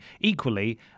Equally